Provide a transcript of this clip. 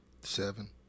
Seven